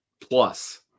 plus